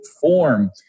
form